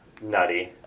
Nutty